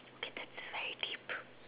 okay that's very deep